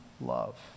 love